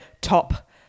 top